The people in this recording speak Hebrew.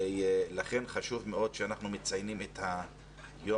ולכן חשוב מאוד שאנחנו מציינים את יום